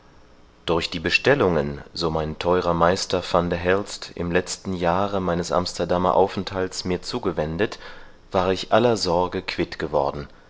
durch die bestellungen so mein theurer meister van der helst im letzten jahre meines amsterdamer aufenthalts mir zugewendet war ich aller sorge quitt geworden